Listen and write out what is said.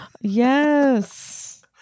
Yes